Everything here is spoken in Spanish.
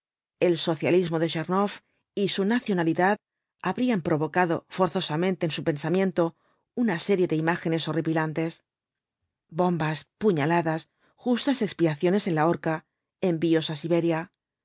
el socialismo de tchernoff y su nacionalidad habrían provocado forzosamente en su pensamiento una serie de imágenes liorripilantes bombas puñaladas justas expiaciones en la horca envíos á siberia